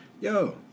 Yo